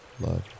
love